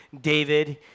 David